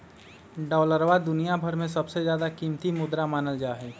डालरवा दुनिया भर में सबसे ज्यादा कीमती मुद्रा मानल जाहई